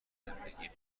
زندگی